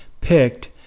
picked